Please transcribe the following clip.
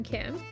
Kim